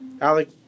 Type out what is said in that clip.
Alec